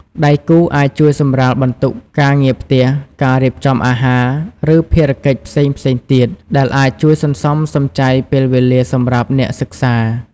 ដៃគូអាចជួយសម្រាលបន្ទុកការងារផ្ទះ ការរៀបចំអាហារ ឬភារកិច្ចផ្សេងៗទៀត ដែលអាចជួយសន្សំសំចៃពេលវេលាសម្រាប់អ្នកសិក្សា។